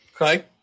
Okay